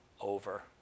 over